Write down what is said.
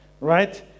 right